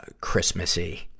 Christmassy